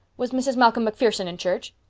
was mrs. malcolm macpherson in church?